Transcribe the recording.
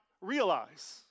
realize